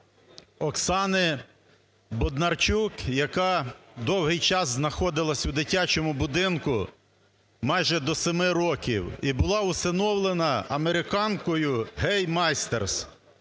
Оксани Бондарчук, яка довгий час знаходилася у дитячому будинку, майже до семи років, і була усиновлена американкою Гей Мастерс.